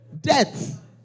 Death